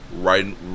right